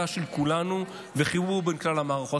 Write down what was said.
של כולנו וחיבור בין כלל המערכות.